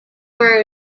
were